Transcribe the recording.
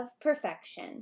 Perfection